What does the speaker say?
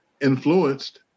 influenced